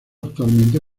actualmente